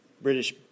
British